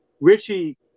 Richie